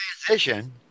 transition